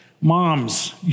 Moms